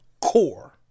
core